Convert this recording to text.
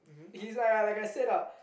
he's like a like I said lah